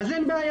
אז אין בעיה,